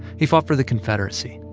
he fought for the confederacy.